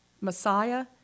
Messiah